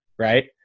right